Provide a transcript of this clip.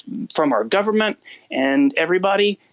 from our government and everybody.